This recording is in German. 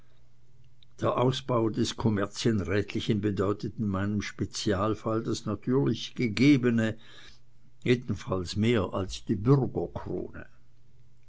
der ausbau des kommerzienrätlichen bedeutet in meinem spezialfalle das natürlich gegebene jedenfalls mehr als die